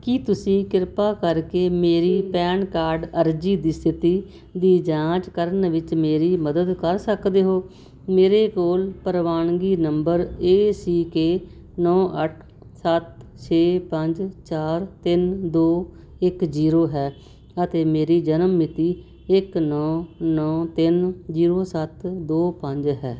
ਕੀ ਤੁਸੀਂ ਕਿਰਪਾ ਕਰਕੇ ਮੇਰੀ ਪੈਨ ਕਾਰਡ ਅਰਜ਼ੀ ਦੀ ਸਥਿਤੀ ਦੀ ਜਾਂਚ ਕਰਨ ਵਿੱਚ ਮੇਰੀ ਮਦਦ ਕਰ ਸਕਦੇ ਹੋ ਮੇਰੇ ਕੋਲ ਪ੍ਰਵਾਨਗੀ ਨੰਬਰ ਏ ਸੀ ਕੇ ਨੌਂ ਅੱਠ ਸੱਤ ਛੇ ਪੰਜ ਚਾਰ ਤਿੰਨ ਦੋ ਇੱਕ ਜੀਰੋ ਹੈ ਅਤੇ ਮੇਰੀ ਜਨਮ ਮਿਤੀ ਇੱਕ ਨੌਂ ਨੌਂ ਤਿੰਨ ਜੀਰੋ ਸੱਤ ਦੋ ਪੰਜ ਹੈ